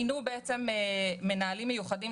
מינו מנהלים מיוחדים,